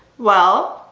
well,